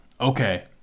Okay